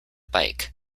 bike